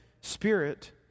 spirit